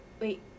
wait